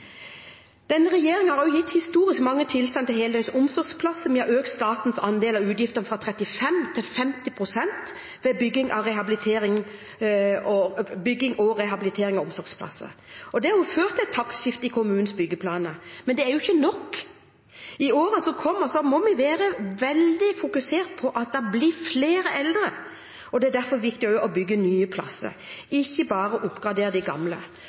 Denne regjeringen har gitt historisk mange tilsagn om heldøgns omsorgsplasser. Vi har økt statens andel av utgiftene fra 35 pst. til 50 pst. ved bygging og rehabilitering av omsorgsplasser, og det har ført til et taktskifte i kommunenes byggeplaner. Men det er ikke nok. I årene som kommer, må vi være veldig fokusert på at det blir flere eldre, og det er derfor viktig også å bygge nye plasser, ikke bare oppgradere de gamle.